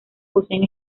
poseen